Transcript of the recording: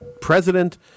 president